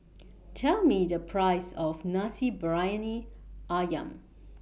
Tell Me The Price of Nasi Briyani Ayam